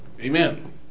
Amen